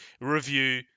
review